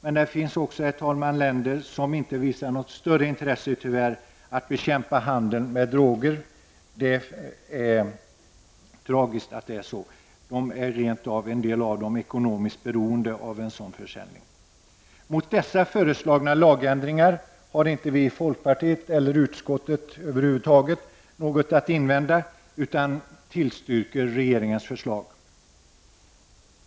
Men det finns också, herr talman, länder som tyvärr inte visar något större intresse för att bekämpa handeln med droger. Det är tragiskt att det är så. En del av dem är rent av ekonomiskt beroende av en sådan handel. Mot de föreslagna lagändringarna har varken vi folkpartister eller vi i utskottet över huvud taget något att invända, utan vi tillstyrker regeringens förslag.